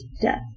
death